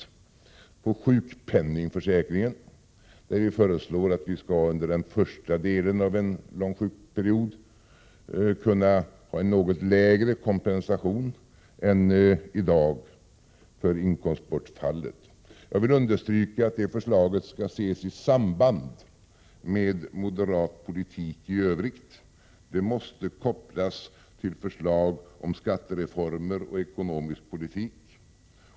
Det gäller sjukpenningförsäkringen, och vi föreslår att under den första delen av en lång sjukperiod skall vi kunna ha en något lägre kompensation än i dag för inkomstbortfallet. Jag vill understryka att det förslaget skall ses i sitt sammanhang med moderat politik i övrigt och kopplas till förslag om skattereformer och ekonomisk politik.